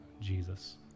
Jesus